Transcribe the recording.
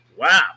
Wow